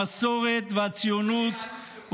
את המסורת ואת הציונות,